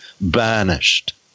banished